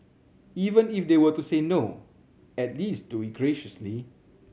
even if they were to say no at least do it graciously